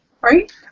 right